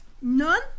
none